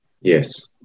Yes